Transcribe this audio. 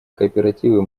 кооперативы